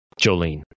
Jolene